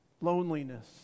Loneliness